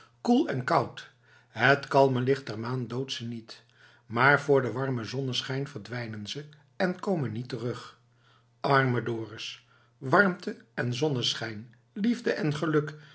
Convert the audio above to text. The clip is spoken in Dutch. koel en koud het kalme licht der maan doodt ze niet maar voor den warmen zonneschijn verdwijnen ze en komen niet terug arme dorus warmte en zonneschijn liefde en geluk